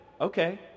Okay